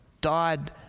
died